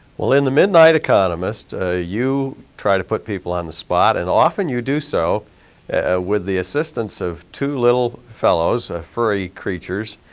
well in the midnight economist you try to put people on the spot and often you do so with the assistance of two little fellows, ah furry creatures,